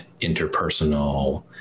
interpersonal